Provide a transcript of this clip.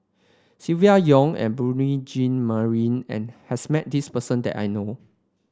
Silvia Yong and Beurel Jean Marie and has met this person that I know